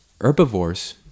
herbivores